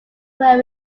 where